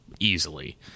easily